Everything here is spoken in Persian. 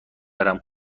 برم